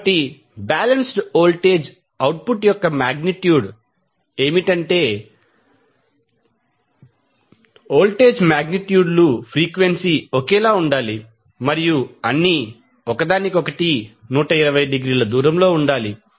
కాబట్టి balanced voltage output యొక్క magnitude ఏమిటంటే వోల్టేజ్ మాగ్నిట్యూడ్లు ఫ్రీక్వెన్సీ ఒకేలా ఉండాలి మరియు అన్నీ ఒకదానికొకటి 120 డిగ్రీల దూరంలో ఉండాలి